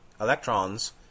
electrons